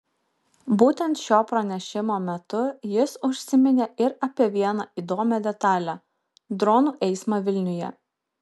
būtent šio pranešimo metu jis užsiminė ir apie vieną įdomią detalę dronų eismą vilniuje